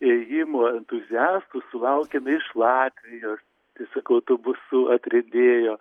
ėjimo entuziastų sulaukėme iš latvijos tiesiog autubusu atriedėjo